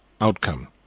outcome